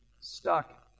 stuck